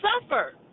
suffer